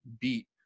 beat